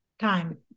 time